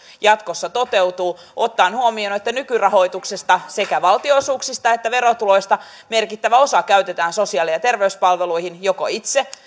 jatkossa toteutuu ottaen huomioon että nykyrahoituksesta sekä valtionosuuksista että verotuloista merkittävä osa käytetään sosiaali ja ja terveyspalveluihin joko itse